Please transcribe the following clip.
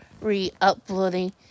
re-uploading